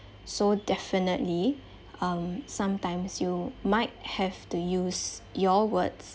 so definitely um sometimes you might have to use your words